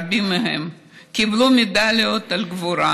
רבים מהם קיבלו מדליות על גבורה.